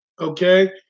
okay